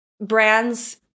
brands